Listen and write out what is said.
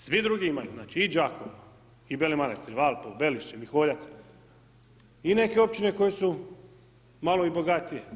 Svi drugi imaju, znači i Đakovo i Beli Manastir, Valpovo, Belišće, Miholjac i neke općine koje su malo i bogatije.